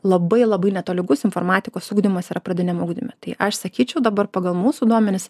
labai labai netolygus informatikos ugdymas yra pradiniam ugdyme tai aš sakyčiau dabar pagal mūsų duomenis